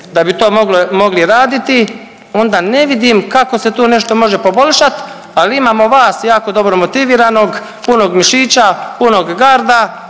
da bi to mogli raditi onda ne vidim kako se tu nešto može poboljšat, ali imamo vas jako dobro motiviranog, punog mišića, punog garda